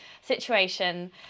situation